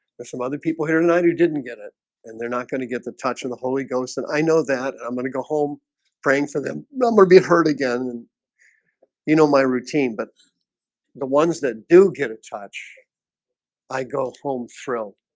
there's some other people here tonight who didn't get it and they're not going to get the touch of and the holy ghost and i know that i'm gonna go home praying for them number be hurt again you know my routine, but the ones that do get a touch i go home thrilled